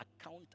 account